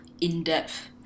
in-depth